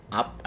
up